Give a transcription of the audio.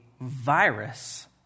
virus